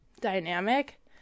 dynamic